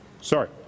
Sorry